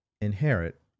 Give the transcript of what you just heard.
inherit